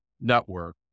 network